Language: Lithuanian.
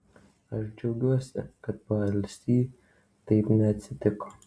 aš džiaugiuosi kad paalsy taip neatsitiko